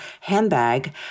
handbag